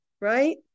right